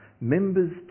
members